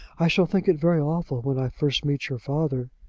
i shall think it very awful when i first meet your father.